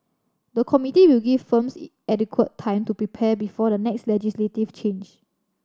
the committee will give firms adequate time to prepare before the next legislative change